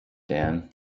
dan